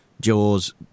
Jaws